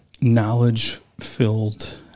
knowledge-filled